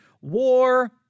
war